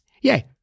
Yay